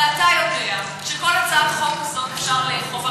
הרי אתה יודע שכל הצעת חוק כזאת אפשר לאכוף.